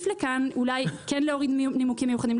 אולי כן להוריד נימוקים מיוחדים,